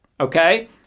Okay